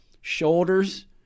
shoulders